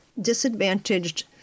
disadvantaged